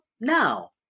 now